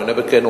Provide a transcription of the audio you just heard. אני עונה בכנות.